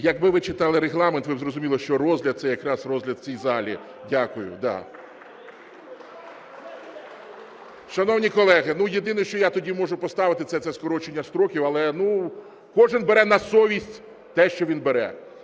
Якби ви читали Регламент, ви б зрозуміли, що розгляд – це якраз розгляд у цій залі. Дякую. Шановні колеги, ну, єдине, що я тоді можу поставити, це скорочення строків, але... Кожен бере на совість те, що він бере.